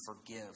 forgive